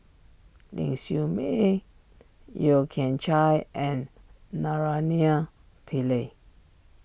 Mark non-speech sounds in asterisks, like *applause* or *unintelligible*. Ling Siew May Yeo Kian Chye and *unintelligible* Pillai